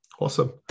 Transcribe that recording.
Awesome